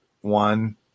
one